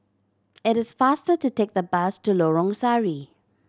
it is faster to take the bus to Lorong Sari